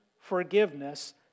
forgiveness